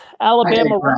Alabama